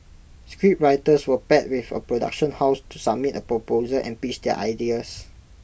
scriptwriters were paired with A production house to submit A proposal and pitch their ideas